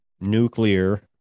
nuclear